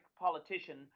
politician